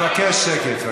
אבקש שקט.